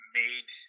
made